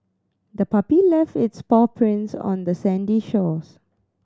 the puppy left its paw prints on the sandy shores